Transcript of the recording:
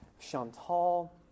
Chantal